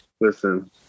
listen